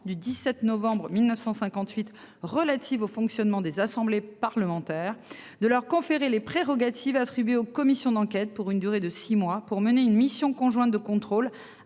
du 17 novembre 1958 relative au fonctionnement des assemblées parlementaires de leur conférer les prérogatives attribuées aux commissions d'enquête pour une durée de 6 mois pour mener une mission conjointe de contrôle